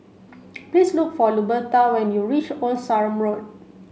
please look for Luberta when you reach Old Sarum Road